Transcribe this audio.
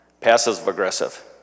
passive-aggressive